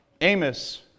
Amos